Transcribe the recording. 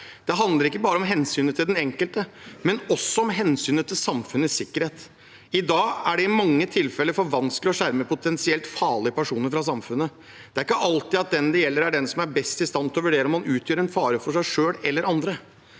Det handler ikke bare om hensynet til den enkelte, men også om samfunnets sikkerhet. I dag er det i mange tilfeller for vanskelig å skjerme potensielt farlige mennesker fra samfunnet. Det er ikke alltid sånn at den det gjelder, er best i stand til å vurdere om man utgjør en fare for seg selv eller andre.